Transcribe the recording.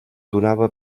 donava